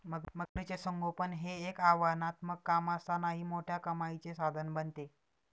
मगरीचे संगोपन हे एक आव्हानात्मक काम असतानाही मोठ्या कमाईचे साधन बनते